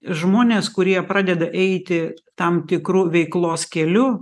žmonės kurie pradeda eiti tam tikru veiklos keliu